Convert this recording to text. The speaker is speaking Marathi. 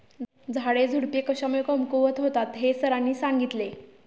झाडेझुडपे कशामुळे कमकुवत होतात हे सरांनी सांगितले